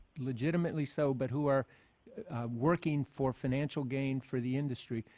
legitimately so but who are working for financial gain for the industry.